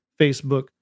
Facebook